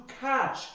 catch